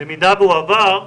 במידה והוא עבר,